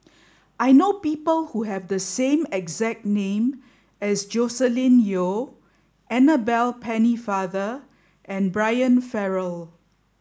I know people who have the exact name as Joscelin Yeo Annabel Pennefather and Brian Farrell